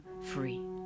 free